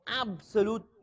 absolute